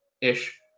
ish